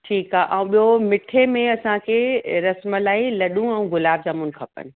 ठीकु आहे ऐं ॿियो मिठे में असांखे रसमलाई लॾूं ऐं गुलाब जमूं खपनि